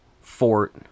fort